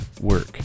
work